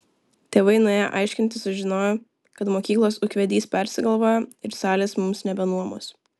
tėvai nuėję aiškintis sužinojo kad mokyklos ūkvedys persigalvojo ir salės mums nebenuomos